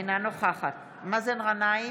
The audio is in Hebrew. אינה נוכחת מאזן גנאים,